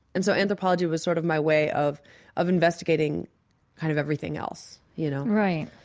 and so anthropology was sort of my way of of investigating kind of everything else. you know? right.